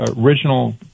original